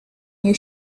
new